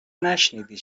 نشنیدی